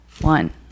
One